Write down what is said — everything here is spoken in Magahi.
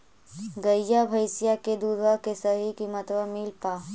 गईया भैसिया के दूधबा के सही किमतबा मिल पा?